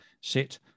set